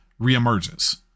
reemerges